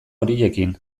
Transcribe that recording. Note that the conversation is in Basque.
horiekin